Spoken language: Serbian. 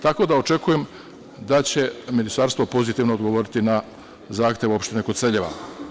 Tako da, očekujem da će ministarstvo pozitivno odgovoriti na zahtev opštine Koceljeva.